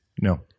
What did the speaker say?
No